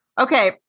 Okay